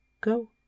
go